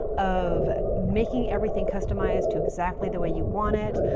of making everything customized to exactly the way you want it.